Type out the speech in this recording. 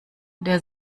der